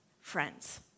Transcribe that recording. friends